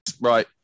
Right